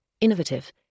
innovative